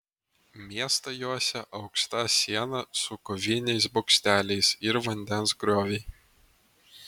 miestą juosė aukšta siena su koviniais bokšteliais ir vandens grioviai